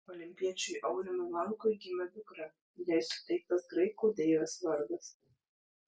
olimpiečiui aurimui lankui gimė dukra jai suteiktas graikų deivės vardas